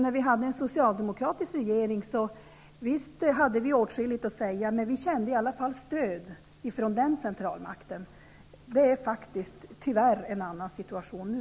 När vi hade en socialdemokratisk regering hade vi visserligen åtskilligt att säga, men vi kände i alla fall stöd från den centralmakten. Det är faktiskt, tyvärr, en annan situation nu.